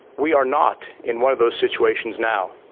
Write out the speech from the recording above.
we are not in one of those situations now.